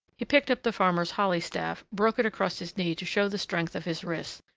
he picked up the farmer's holly staff, broke it across his knee to show the strength of his wrists,